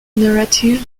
narrative